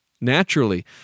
naturally